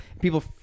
people